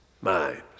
minds